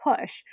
push